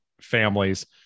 families